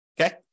Okay